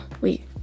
wait